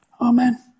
Amen